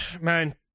Man